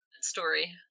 story